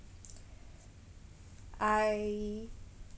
I